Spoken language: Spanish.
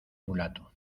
mulato